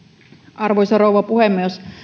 arvoisa rouva puhemies